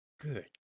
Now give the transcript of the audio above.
good